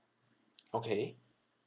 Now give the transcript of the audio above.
okay